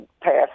passed